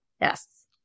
Yes